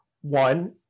one